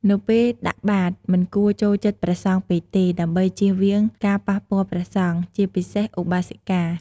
នៅពេលដាក់បាតមិនគួរចូលជិតព្រះសង្ឃពេកទេ ដើម្បីជៀសវាងការប៉ះពាល់ព្រះសង្ឃ ជាពិសេសឧបាសិកា។